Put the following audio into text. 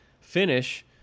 finish